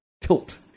tilt